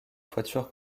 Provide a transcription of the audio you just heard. toiture